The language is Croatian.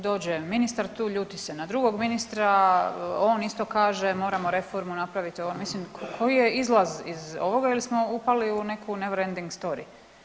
Dođe ministar tu ljuti se na drugog ministra, on isto kaže moramo reformu napravit, mislim koji je izlaz iz ovoga ili smo upali u neku neverending story?